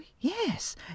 yes